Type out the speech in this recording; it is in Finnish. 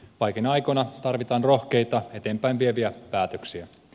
vaikeina aikoina tarvitaan rohkeita eteenpäinvieviä päätöksiä